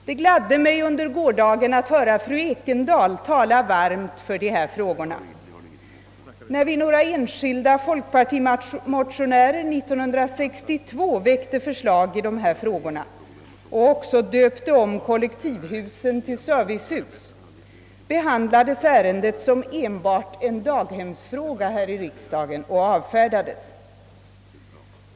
Det gladde mig att under gårdagen höra fru Ekendahl varmt tala för dessa frågor. När vi några enskilda folkpartimotionärer 1962 väckte förslag i dessa frågor och därvid döpte om kollektivhusen till servicehus behandlades ärendet som enbart en daghemsfråga här i riksdagen och avfärdades.